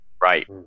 right